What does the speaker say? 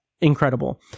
incredible